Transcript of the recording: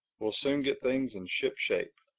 we'll soon get things in shipshape.